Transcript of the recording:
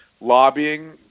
lobbying